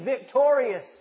victorious